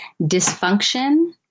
Dysfunction